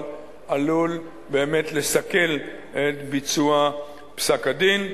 עלול באמת לסכל את ביצוע פסק-הדין.